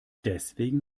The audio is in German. deswegen